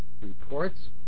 reports